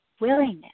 willingness